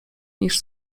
niż